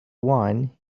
wine